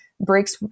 breaks